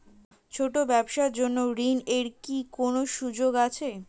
ছোট ব্যবসার জন্য ঋণ এর কি কোন সুযোগ আছে?